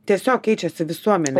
tiesiog keičiasi visuomenė